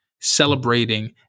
celebrating